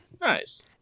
Nice